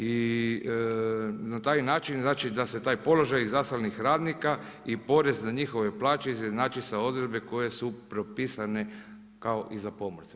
I na taj način znači da se taj položaj izaslanih radnika i porez na njihove plaće izjednači sa odredbe koje su propisane kao i za pomorce.